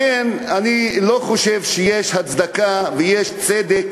לכן, אני לא חושב שיש הצדקה ויש צדק